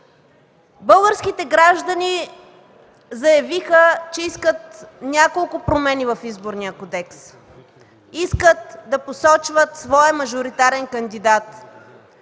Българските граждани заявиха, че искат няколко промени в Изборния кодекс: искат да посочват своя мажоритарен кандидат;